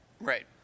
Right